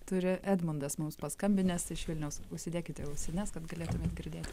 turi edmundas mums paskambinęs iš vilniaus užsidėkite ausines kad galėtumėt girdėti